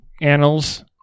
annals